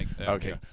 okay